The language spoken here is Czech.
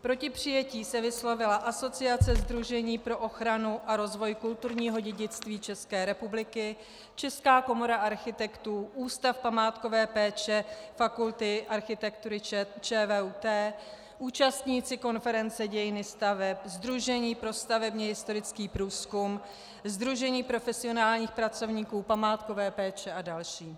Proti přijetí se vyslovila Asociace sdružení pro ochranu a rozvoj kulturního dědictví České republiky, Česká komora architektů, Ústav památkové péče Fakulty architektury ČVUT, účastníci Konference dějiny staveb, Sdružení pro stavebně historický průzkum, Sdružení profesionálních pracovníků památkové péče a další.